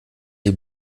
sie